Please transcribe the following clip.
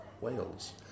Wales